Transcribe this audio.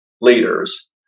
leaders